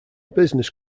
business